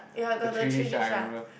the three D shark I remember